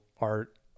art